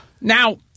Now